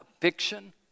fiction